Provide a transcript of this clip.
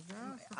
תקנת משנה